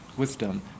wisdom